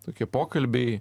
tokie pokalbiai